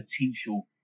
potential